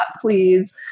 please